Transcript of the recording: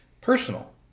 personal